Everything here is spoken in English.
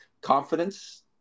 confidence